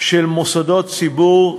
של מוסדות ציבור,